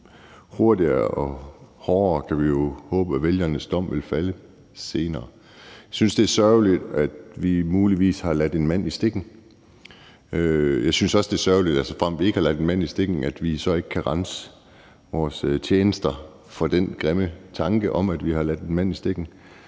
hurtigere og hårdere kan vi jo håbe at vælgernes dom vil falde senere. Jeg synes, det er sørgeligt, at vi muligvis har ladt en mand i stikken. Jeg synes også, det er sørgeligt, at vi, såfremt vi ikke har ladt en mand i stikken, ikke kan rense vores tjenester for den grimme mistanke om, at vi har ladt en mand i stikken.